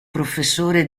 professore